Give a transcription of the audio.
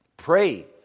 Pray